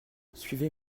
suivez